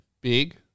Big